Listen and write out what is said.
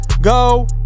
go